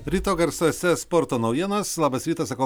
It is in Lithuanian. ryto garsuose sporto naujienos labas rytas sakau